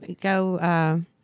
go